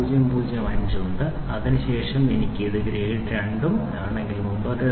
005 ഉണ്ട് അതിനുശേഷം എനിക്ക് ഇത് ഗ്രേഡ് II എം 112 ആണെങ്കിൽ മുമ്പത്തെ ശ്രേണി നിങ്ങൾ പരിഹരിക്കുന്നതെന്തും 57